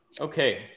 Okay